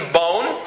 bone